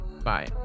Bye